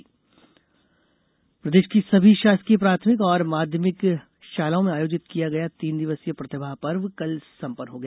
प्रतिभा पर्व प्रदेश की सभी शासकीय प्राथमिक और माध्यमिक शालाओं में आयोजित किया गया तीन दिवसीय प्रतिभा पर्व कल संपन्न हो गया